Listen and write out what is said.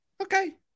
okay